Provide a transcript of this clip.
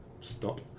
Stop